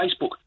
Facebook